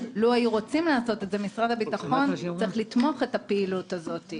לו היו רוצים לעשות את זה משרד הביטחון צריך לתמוך את הפעילות הזאת.